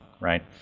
right